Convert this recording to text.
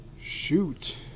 shoot